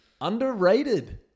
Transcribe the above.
underrated